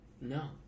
no